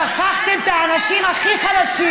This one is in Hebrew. שכחתם את האנשים הכי חלשים,